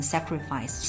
Sacrifice